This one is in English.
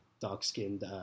dark-skinned